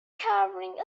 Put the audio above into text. carrying